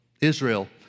Israel